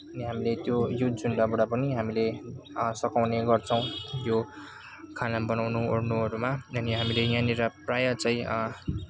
अनि हामीले त्यो यो झुन्डबाट पनि हामीले सघाउने गर्छौँ त्यो खाना बनाउनु ओर्नुहरूमा अनि हामीले यहाँनिर प्रायः चाहिँ